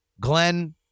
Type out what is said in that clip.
Glenn